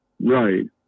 Right